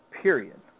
period